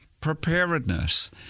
Preparedness